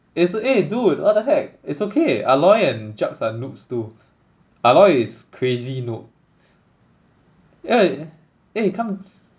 it's eh dude what the heck it's okay aloy and cheoks are noobs too aloy is crazy noob yeah eh come